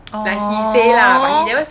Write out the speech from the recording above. !aww!